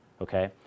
okay